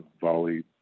volley